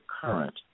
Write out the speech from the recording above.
current